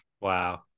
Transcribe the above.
Wow